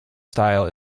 style